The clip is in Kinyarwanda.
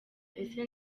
ese